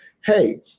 hey